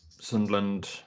Sunderland